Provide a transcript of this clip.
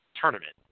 tournament